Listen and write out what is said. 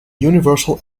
universal